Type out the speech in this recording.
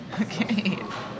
Okay